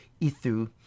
Ithu